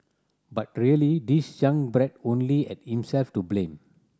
but really this young brat only had himself to blame